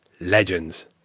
Legends